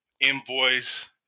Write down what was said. invoice